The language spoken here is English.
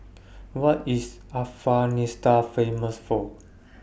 What IS Afghanistan Famous For